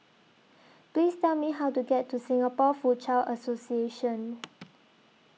Please Tell Me How to get to Singapore Foochow Association